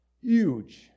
huge